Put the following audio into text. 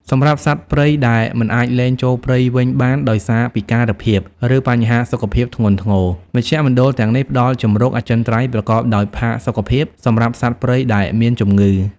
សម្រាប់សត្វព្រៃដែលមិនអាចលែងចូលព្រៃវិញបានដោយសារពិការភាព ឬបញ្ហាសុខភាពធ្ងន់ធ្ងរ មជ្ឈមណ្ឌលទាំងនេះផ្តល់ជម្រកអចិន្ត្រៃយ៍ប្រកបដោយផាសុកភាព សម្រាប់សព្វព្រៃដែលមានជំងឺ។។